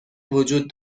وجود